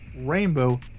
rainbow